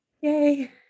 Yay